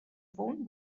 phone